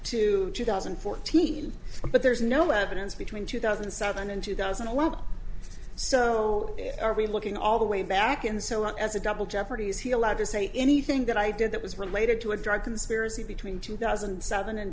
to two thousand and fourteen but there's no evidence between two thousand and seven and two thousand and one so are we looking all the way back in so long as a double jeopardy is he allowed to say anything that i did that was related to a drug conspiracy between two thousand and seven and